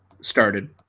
started